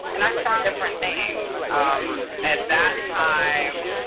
and i tried different things. um at that time,